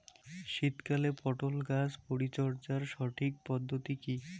শীতকালে পটল গাছ পরিচর্যার সঠিক পদ্ধতি কী?